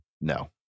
No